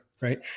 right